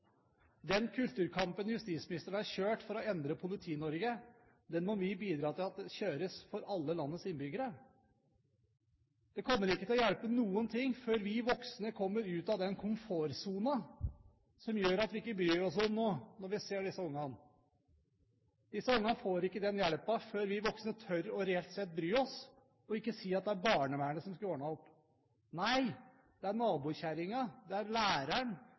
Den kulturkampen justisministeren har kjørt for å endre Politi-Norge, må vi bidra til kjøres for alle landets innbyggere. Det kommer ikke til å hjelpe noe før vi voksne kommer ut av den komfortsonen som gjør at vi ikke bryr oss når vi ser disse barna. Disse barna får ikke hjelp før vi voksne reelt sett tør å bry oss, og ikke sier at det er barnevernet som skulle ha ordnet opp. Nei, det er nabokjerringa, det er læreren,